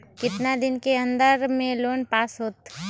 कितना दिन के अन्दर में लोन पास होत?